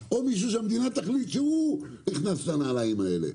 או מישהו שהמדינה תחליט שהוא נכנס לנעליים האלה.